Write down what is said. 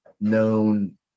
known